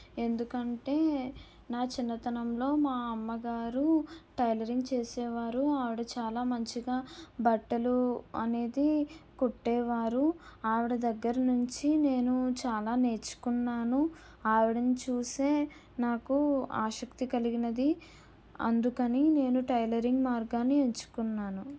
ఎందుకంటే నా చిన్నతనంలో మా అమ్మగారు టైలరింగ్ చేసేవారు ఆవిడ చాలా మంచిగా బట్టలు అనేది కుట్టేవారు ఆవిడ దగ్గర నుంచి నేను చాలా నేర్చుకున్నాను ఆవిడను చూసే నాకు ఆసక్తి కలిగినది అందుకని నేను టైలరింగ్ మార్గాన్ని ఎంచుకున్నాను